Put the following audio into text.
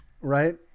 right